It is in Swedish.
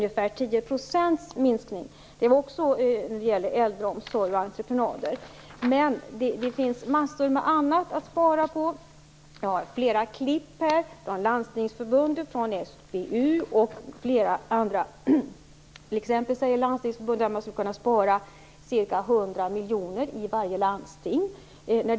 Det är en minskning med ungefär 10 %. Det gäller alltså äldreomsorg och entreprenader, men det finns också massor av annat att spara på. Jag har flera klipp med mig från Landstingsförbundet, SBU och flera andra. T.ex. säger Landstingsförbundet att man skulle spara ca 100 miljoner kronor i varje landsting på lokaler.